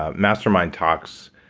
ah mastermind talks,